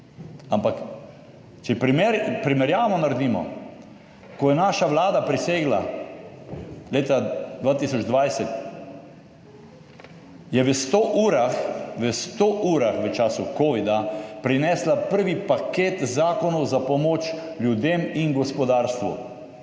Ampak če primerjavo naredimo, ko je naša vlada prisegla leta 2020, je v sto urah, v času covida prinesla prvi paket zakonov za pomoč ljudem in gospodarstvu.